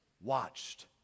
watched